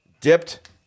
dipped